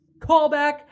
callback